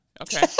Okay